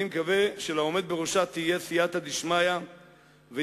אני מקווה שלעומד בראשה יהיו סייעתא דשמיא ויכולת